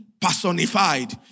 personified